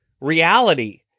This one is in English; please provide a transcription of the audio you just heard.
reality